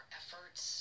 efforts